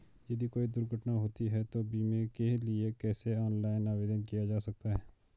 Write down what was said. यदि कोई दुर्घटना होती है तो बीमे के लिए कैसे ऑनलाइन आवेदन किया जा सकता है?